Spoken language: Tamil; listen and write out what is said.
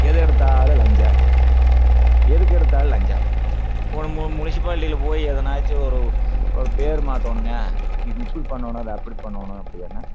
எதை எடுத்தாலும் லஞ்சம் எதுக்கு எடுத்தாலும் லஞ்சம் ஒரு மூணு மூணு முனிசிபாலிட்டியில் போய் ஏதுனாச்சும் ஒரு பேர் மாற்றோணும்க இது இப்படி பண்ணனும் அதை அப்படி பண்ணனும் அப்படினா